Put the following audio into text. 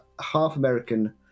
half-American